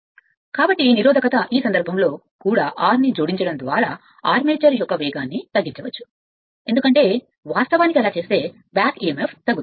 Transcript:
కాబట్టి కాబట్టి నిరోధకత కాబట్టి ఈ సందర్భంలో ఈ సందర్భంలో కూడా ఆర్మేచర్ యొక్క వేగాన్ని R ద్వారా తగ్గించవచ్చు ఎందుకంటే వాస్తవానికి అలా చేస్తే తగ్గుతుంది